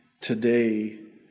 today